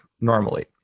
normally